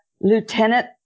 lieutenant